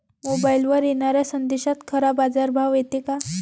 मोबाईलवर येनाऱ्या संदेशात खरा बाजारभाव येते का?